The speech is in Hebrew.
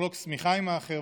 לחלוק שמיכה עם האחר,